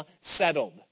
settled